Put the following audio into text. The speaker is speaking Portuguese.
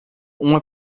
uma